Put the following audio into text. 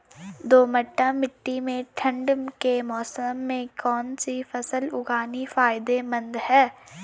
दोमट्ट मिट्टी में ठंड के मौसम में कौन सी फसल उगानी फायदेमंद है?